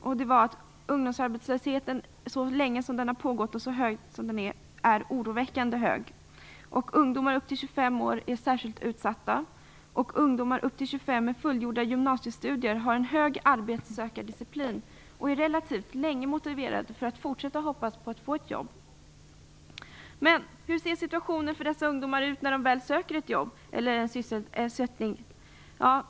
Synpunkterna var att ungdomsarbetslösheten, så länge som den har funnits och så stor som den är, är oroväckande hög. Ungdomar upp till 25 år är särskilt utsatta, och ungdomar upp till 25 år med fullgjorda gymnasiestudier har en god arbetssökardisciplin. De är under en relativt lång tid motiverade och fortsätter hoppas på att få ett jobb. Hur ser situationen ut för dess ungdomar när de väl söker ett jobb eller sysselsättning?